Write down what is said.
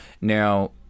now